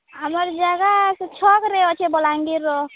ଆମର୍ ଜାଗା ସେ ଛକ୍ରେ ଅଛେ ବଲାଙ୍ଗୀର୍ର